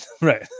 right